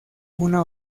una